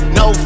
no